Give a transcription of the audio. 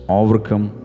overcome